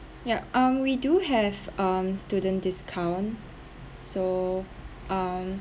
yeah um we do have um student discount so um